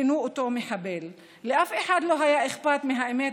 כינו אותו "מחבל"; לאף אחד לא היה אכפת מהאמת,